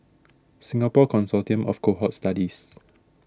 Singapore Consortium of Cohort Studies